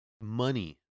Money